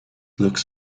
looks